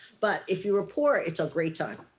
but if you're poor, it's a great time.